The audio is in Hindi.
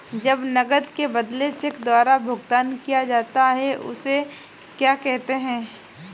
जब नकद के बदले चेक द्वारा भुगतान किया जाता हैं उसे क्या कहते है?